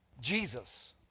Jesus